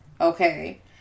okay